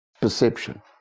Perception